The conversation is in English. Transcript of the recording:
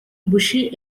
bushy